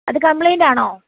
അത് കംപ്ലയിൻറ് ആണോ